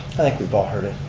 i think we've all heard it.